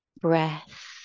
breath